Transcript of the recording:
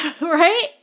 Right